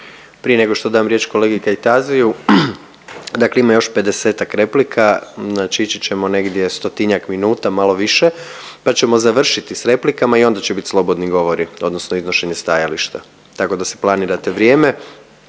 Prije nego što dam riječ kolegi Kajtaziju, dakle ima još 50-ak replika, znači ići ćemo negdje 100-tinjak minuta malo više pa ćemo završiti s replikama i onda će bit slobodni govori odnosno iznošenje stajališta. Tako da si planirate vrijeme